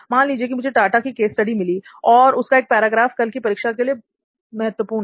मान लीजिए मुझे टाटा की केस स्टडी मिली और उसका एक पैराग्राफ कल की परीक्षा के लिए महत्वपूर्ण है